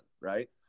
right